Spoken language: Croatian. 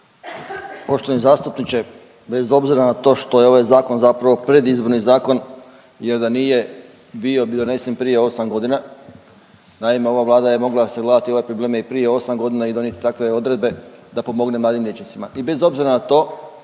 Poštovani zastupniče bez obzira na to što je ovaj zakon zapravo predizborni zakon jer da nije bio bi donesen prije 8 godina. Naime, ova Vlada je mogla sagledati ove probleme i prije 8 godina i donijeti takve odredbe da pomogne mladim liječnicima. I bez obzira na to